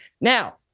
Now